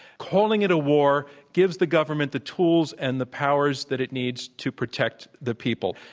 calling it a war gives the government the tools and the powers that it needs to protect the people.